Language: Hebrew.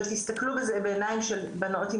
אבל תסתכלו בזה בעיניים של בנות עם